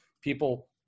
people